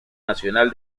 nacional